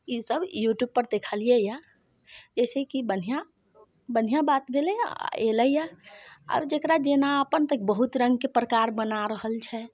ई सब यूट्यूब पर देखलियैया जैसेकि बढ़िआँ बढ़िआँ बात भेलया एलैया आब जेकरा जेना अपन बहुत रङ्गके प्रकार बना रहल छै